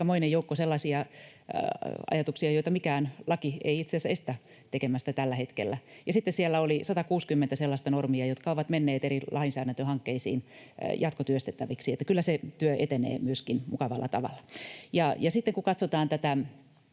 aikamoinen joukko sellaisia ajatuksia, joita mikään laki ei estä tekemästä tällä hetkellä, ja sitten siellä oli 160 sellaista normia, jotka ovat menneet eri lainsäädäntöhankkeisiin jatkotyöstettäviksi, niin että kyllä se työ etenee myöskin mukavalla tavalla. Ja sitten kun katsotaan tätä